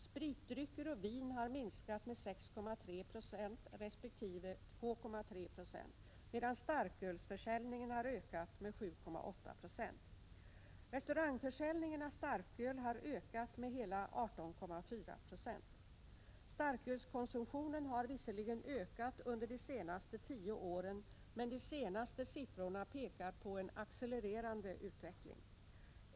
Spritdrycker och vin har minskat med 6,3 26 resp. 2,3 20, medan starkölsförsäljningen har ökat med 7,8 7o. Restaurangförsäljningen av starköl har ökat med hela 18,4 90. Starkölskonsumtionen har visserligen ökat under de senaste tio åren, men de senaste siffrorna pekar på en accelererande utveckling.